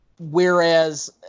Whereas